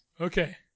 Okay